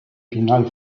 final